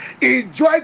enjoy